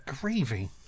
gravy